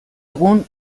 egun